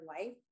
life